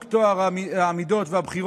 א': החלטת הממשלה,